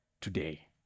today